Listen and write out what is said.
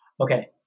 Okay